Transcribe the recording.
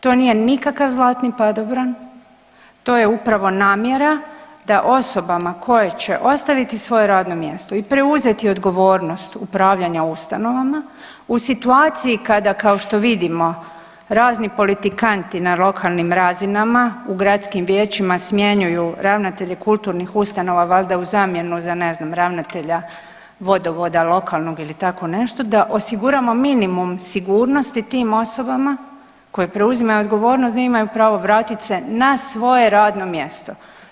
To nije nikakav zlatni padobran, to je upravo namjera da osobama koje će ostaviti svoje radno mjesto i preuzeti odgovornost upravljanja ustanovama u situaciji kada kao što vidimo razni politikanti na lokalnim razinama u gradskim vijećima smjenjuju ravnatelje kulturnih ustanova valjda u zamjenu za ne znam ravnatelja vodovoda lokalnog ili tako nešto, da osiguramo minimum sigurnosti tim osobama koje preuzimaju odgovornost da imaju pravo vratit se na svoje radno mjesto.